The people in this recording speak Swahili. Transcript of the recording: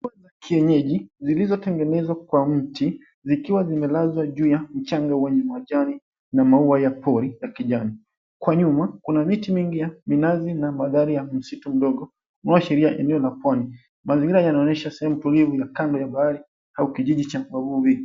Dawa za kienyeji zilizotengenezwa kwa mti zikiwa zimelala juu ya mchanga wenye majani na maua ya pori ya kijani. Kwa nyuma kuna miti mingi ya minazi na magari ya msitu mdogo unaoashiria eneo la pwani. Mazingira yanaonyesha utulivu kando ya bahari au kijiji cha wavuvi